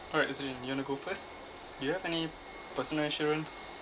alright azrin you want to go first do you have any personal insurance